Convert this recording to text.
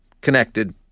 connected